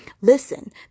listen